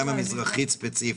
בירושלים המזרחית ספציפית.